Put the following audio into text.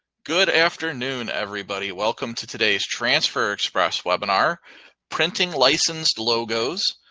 good afternoon, everybody. welcome to today's transfer express webinar printing licensed logos.